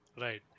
Right